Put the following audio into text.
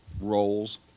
roles